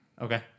Okay